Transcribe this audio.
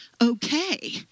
okay